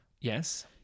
Yes